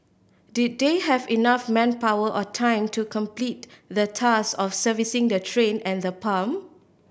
did they have enough manpower or time to complete the task of servicing the train and the pump